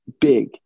big